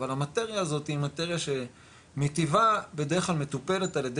אבל המטריה הזאת היא מטריה שמטיבה בדרך כלל מטופלת על ידי